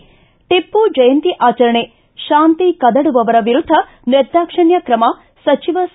ಿ ಟಪ್ಪು ಜಯಂತಿ ಆಚರಣೆ ಶಾಂತಿ ಕದಡುವವರ ವಿರುದ್ದ ನಿರ್ದಾಕ್ಷಿಣ್ಯ ಕ್ರಮ ಸಚಿವ ಸಾ